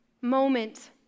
moment